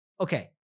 Okay